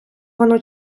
воно